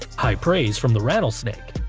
high praise from the rattlesnake,